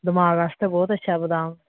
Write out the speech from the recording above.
दमाक आस्तै बहुत अच्छा बदाम